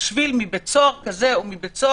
לשם אישורה או ביטולה,